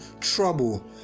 trouble